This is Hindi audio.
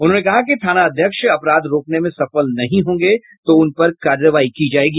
उन्होंने कहा कि थानाध्यक्ष अपराध रोकने में सफल नहीं होंगे तो उन पर कार्रवाई की जायेगी